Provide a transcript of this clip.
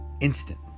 instant